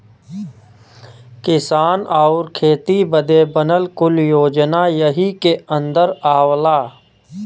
किसान आउर खेती बदे बनल कुल योजना यही के अन्दर आवला